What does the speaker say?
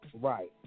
right